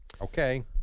Okay